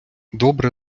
добре